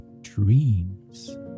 dreams